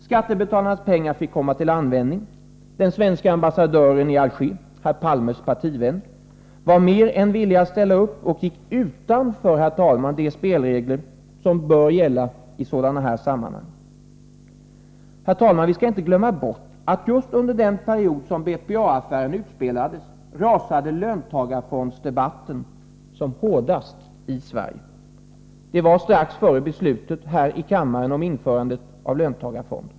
Skattebetalarnas pengar fick komma till användning. Den svenska ambassadören i Alger, herr Palmes partivän, var mer än villig att ställa upp och gick utanför de spelregler som bör gälla i sådana här sammanhang. Herr talman! Vi skall inte glömma bort att just under den period som BPA-affären utspelades rasade löntagarfondsdebatten som mest i Sverige. Det var strax innan beslutet om införandet av löntagarfonderna fattades här i kammaren.